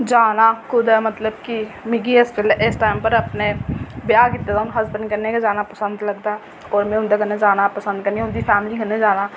जाना कुदै मतलब कि मिगी इस टाईम पर अपने ब्याह् कीते दा हून हसबैंड कन्नै गै जाना पसंद लगदा ते में उंदे कन्नै जाना पसंद करनी ते उंदी फैमिली कन्नै जाना